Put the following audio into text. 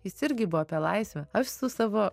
jis irgi buvo apie laisvę aš su savo